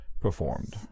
performed